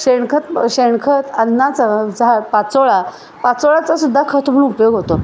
तेणखत शेणखत अन्नाचा झा पाचोळा पाचोळाचा सुुद्धा खत म्हणून उपयोग होतो